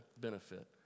benefit